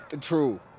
True